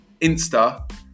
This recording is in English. Insta